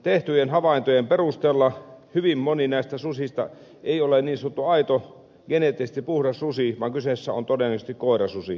tehtyjen havaintojen perusteella hyvin moni näistä susista ei ole niin sanottu aito geneettisesti puhdas susi vaan kyseessä on todennäköisesti koirasusi